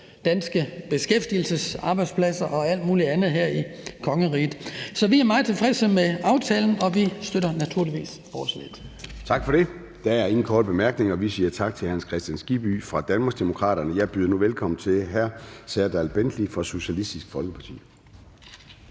danske beskæftigelse, arbejdspladser og alt muligt andet her i kongeriget. Så vi er meget tilfredse med aftalen, og vi støtter naturligvis forslaget. Kl. 16:22 Formanden (Søren Gade): Tak for det. Der er ingen korte bemærkninger. Vi siger tak til hr. Hans Kristian Skibby fra Danmarksdemokraterne. Jeg byder nu velkommen til hr. Serdal Benli fra Socialistisk Folkeparti.